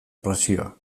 presioa